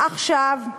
עכשיו,